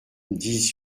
dix